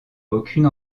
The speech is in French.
aucune